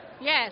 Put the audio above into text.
Yes